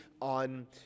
on